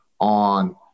on